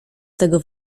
tego